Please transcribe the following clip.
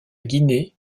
guinée